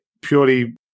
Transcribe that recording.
purely